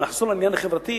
אם נחזור לעניין החברתי,